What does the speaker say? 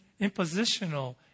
impositional